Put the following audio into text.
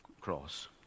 cross